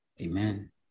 Amen